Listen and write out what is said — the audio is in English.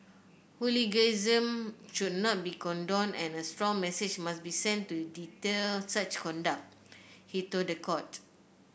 hooliganism should not be condoned and a strong message must be sent to deter such conduct he told the court